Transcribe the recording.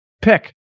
pick